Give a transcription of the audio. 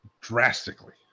drastically